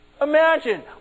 Imagine